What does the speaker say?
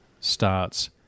starts